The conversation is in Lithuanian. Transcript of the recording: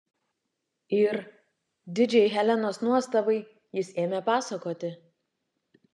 ir didžiai helenos nuostabai jis ėmė pasakoti